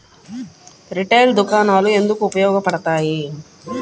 Retail దుకాణాలు ఎందుకు ఉపయోగ పడతాయి?